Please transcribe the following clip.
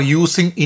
using